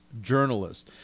journalists